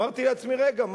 אמרתי לעצמי: רגע,